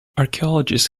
archeologists